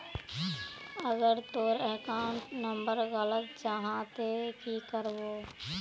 अगर तोर account number गलत जाहा ते की करबो?